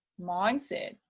mindset